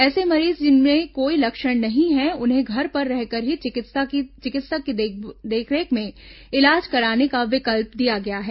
ऐसे मरीज जिनमें कोई लक्षण नहीं है उन्हें घर पर रहकर ही चिकित्सक की देखरेख में इलाज कराने का विकल्प भी दिया जा रहा है